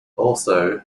also